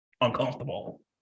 uncomfortable